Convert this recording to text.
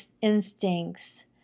instincts